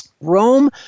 Rome